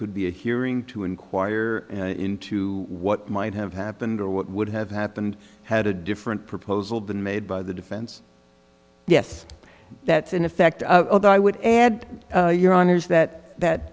could be a hearing to inquire into what might have happened or what would have happened had a different proposal been made by the defense yes that's in effect although i would add your honour's that that